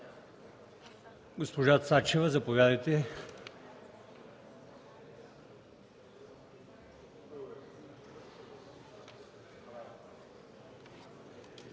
Госпожо Цачева, заповядайте.